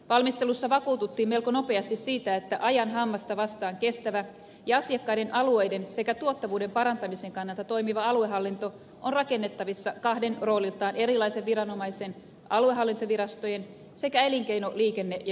valmistelussa vakuututtiin melko nopeasti siitä että ajan hammasta vastaan kestävä ja asiakkaiden alueiden sekä tuottavuuden parantamisen kannalta toimiva aluehallinto on rakennettavissa kahden rooliltaan erilaisen viranomaisen aluehallintovirastojen sekä elinkeino liikenne ja ympäristökeskusten varaan